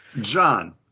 John